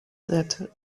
that